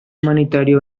humanitario